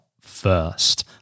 first